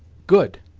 good.